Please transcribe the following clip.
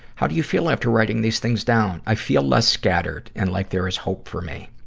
how do you feel after writing these things down? i feel less scattered and like there is hope for me.